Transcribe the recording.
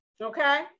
Okay